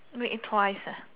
make it twice